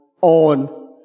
on